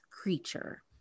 creature